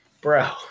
bro